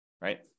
right